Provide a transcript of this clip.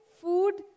food